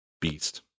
beast